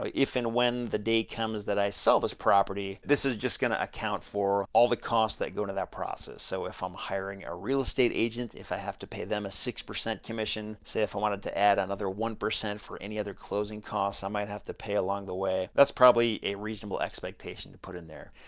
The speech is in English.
if and when the day comes when i sell this property this is just gonna account for all the costs that go into that process. so, if i'm hiring a real estate agent, if i have to pay them a six percent commission, say if i wanted to add another one percent for any other closing costs i might have to pay along the way that's probably a reasonable expectation to put in there.